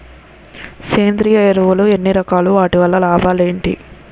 సేంద్రీయ ఎరువులు ఎన్ని రకాలు? వాటి వల్ల లాభాలు ఏంటి?